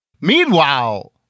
Meanwhile